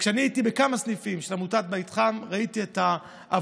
אני הייתי בכמה סניפים של עמותת "בית חם" וראיתי את העבודה,